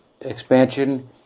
expansion